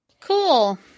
Cool